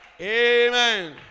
Amen